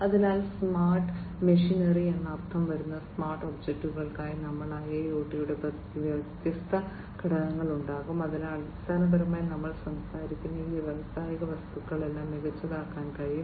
അതിനാൽ smart machinery എന്നർത്ഥം വരുന്ന സ്മാർട്ട് ഒബ്ജക്റ്റുകളായി നമുക്ക് IIoT യുടെ വ്യത്യസ്ത ഘടകങ്ങൾ ഉണ്ടാകും അതിനാൽ അടിസ്ഥാനപരമായി നമ്മൾ സംസാരിക്കുന്ന ഈ വ്യാവസായിക വസ്തുക്കളെല്ലാം മികച്ചതാക്കാൻ കഴിയും